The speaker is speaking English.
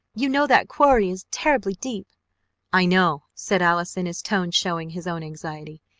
you know that quarry is terribly deep i know! said allison, his tone showing his own anxiety.